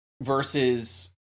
versus